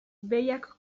behiak